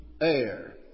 air